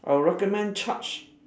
I'll recommend charge